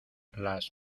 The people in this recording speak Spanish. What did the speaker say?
las